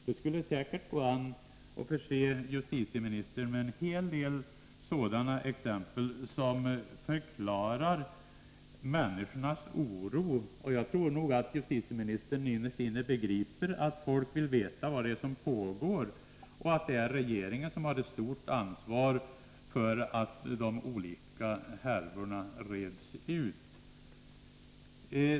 Det skulle säkert gå an att förse justitieministern med en hel del sådana exempel som förklarar människornas oro, och jag tror nog att justitieministern innerst inne begriper att folk vill veta vad som pågår och att det är regeringen som har ett stort ansvar för att de olika härvorna reds ut.